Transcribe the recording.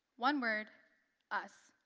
one word us.